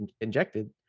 injected